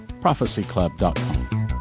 Prophecyclub.com